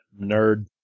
Nerd